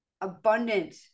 abundant